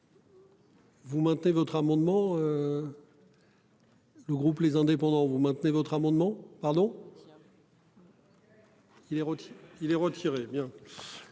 Vous mettez votre amendement. Le groupe les indépendants, vous maintenez votre amendement pardon. Il est routier, il